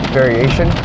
variation